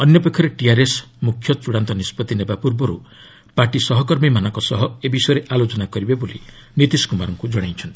ଅନ୍ୟ ପକ୍ଷରେ ଟିଆର୍ଏସ୍ ମୁଖ୍ୟ ଚଡ଼ାନ୍ତ ନିଷ୍ପଭି ନେବା ପୂର୍ବରୁ ପାର୍ଟି ସହକର୍ମୀମାନଙ୍କ ସହ ଏ ବିଷୟରେ ଆଲୋଚନା କରିବେ ବୋଲି ନୀତିଶ କୁମାରଙ୍କୁ ଜଣାଇଛନ୍ତି